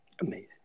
Amazing